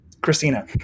Christina